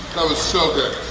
that was so good!